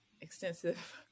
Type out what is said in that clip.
extensive